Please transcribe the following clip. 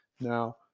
Now